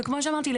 וכמו שאמרתי,